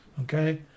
okay